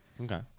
Okay